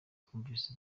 twumvise